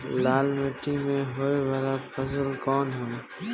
लाल मीट्टी में होए वाला फसल कउन ह?